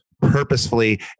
purposefully